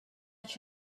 such